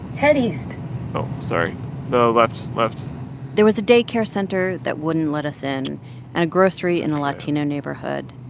head east oh, sorry no, left, left there was a day care center that wouldn't let us in and a grocery in a latino neighborhood.